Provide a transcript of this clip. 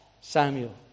Samuel